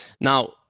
now